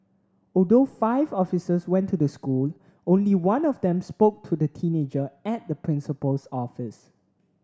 although five officers went to the school only one of them spoke to the teenager at the principal's office